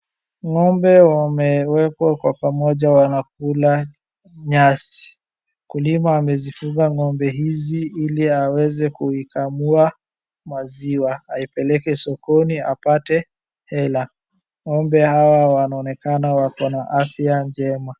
Ng'ombe wamewekwa kwa pamoja wanakula nyasi. Mkulima amezifuga ng'ombe hizi ili aweze kuikamua maziwa aipeleke sokoni apate hela. Ng'ombe hawa wanaonekana wako na afya njema.